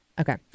Okay